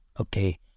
okay